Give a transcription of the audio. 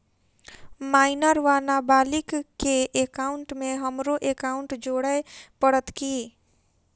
Minor वा नबालिग केँ एकाउंटमे हमरो एकाउन्ट जोड़य पड़त की?